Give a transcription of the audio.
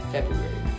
February